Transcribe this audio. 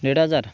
দেড় হাজার